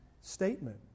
statement